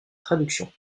traductions